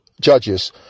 judges